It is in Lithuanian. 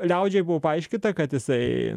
liaudžiai buvo paaiškinta kad jisai